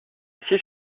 siège